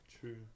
True